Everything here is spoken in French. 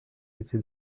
été